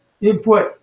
input